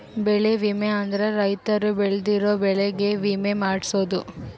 ಬೆಳೆ ವಿಮೆ ಅಂದ್ರ ರೈತರು ಬೆಳ್ದಿರೋ ಬೆಳೆ ಗೆ ವಿಮೆ ಮಾಡ್ಸೊದು